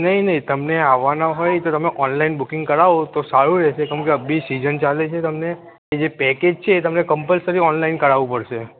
નહીં નહીં તમને આવવાના હોય તો તમે ઓનલાઇન બુકિંગ કરાવો તો સારું રહેશે કેમકે અભી સિઝન ચાલે છે તમને જે પેકેજ છે એ તમને કમ્પલસરી ઓનલાઇન કરાવવું પડશે